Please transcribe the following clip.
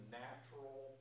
natural